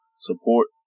support